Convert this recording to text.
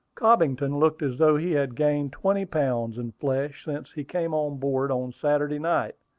cobbington looked as though he had gained twenty pounds in flesh since he came on board on saturday night.